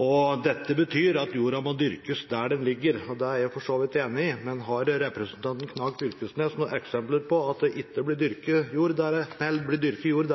og dette betyr at jorda må dyrkes der den ligger. Det er jeg for så vidt enig i, men har representanten Knag Fylkesnes noen eksempler på at det blir dyrket jord der